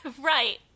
Right